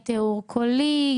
התיאור הקולי,